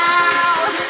out